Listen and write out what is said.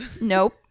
nope